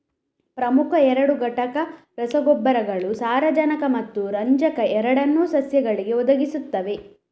ಪ್ರಮುಖ ಎರಡು ಘಟಕ ರಸಗೊಬ್ಬರಗಳು ಸಾರಜನಕ ಮತ್ತು ರಂಜಕ ಎರಡನ್ನೂ ಸಸ್ಯಗಳಿಗೆ ಒದಗಿಸುತ್ತವೆ